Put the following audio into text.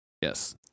Yes